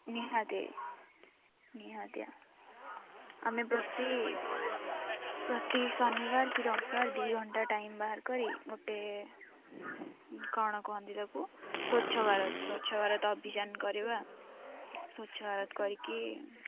ନିହାତି ନିହାତି ଆମେ ପ୍ରତି ପ୍ରତି ଶନିବାର କି ରବିବାର ଦୁଇ ଘଣ୍ଟା ଟାଇମ୍ ବାହାର କରି ଗୋଟେ କ'ଣ କୁହନ୍ତି ତା'କୁ ସ୍ୱଚ୍ଛ ଭାରତ ସ୍ୱଚ୍ଛ ଭାରତ ଅଭିଯାନ କରିବା ସ୍ୱଚ୍ଛ ଭାରତ କରିକି